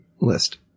list